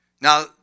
Now